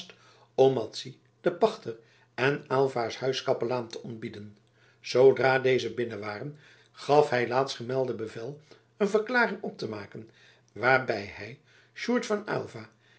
madzy den pachter en aylva's huiskapelaan te ontbieden zoodra deze binnen waren gaf hij laatstgemelden bevel een verklaring op te maken waarbij hij sjoerd van aylva